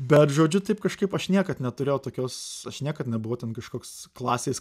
bet žodžiu taip kažkaip aš niekad neturėjau tokios aš niekad nebuvau ten kažkoks klasės